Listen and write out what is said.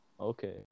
Okay